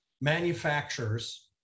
Manufacturers